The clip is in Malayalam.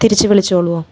തിരിച്ച് വിളിച്ചോളുവോ